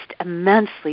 immensely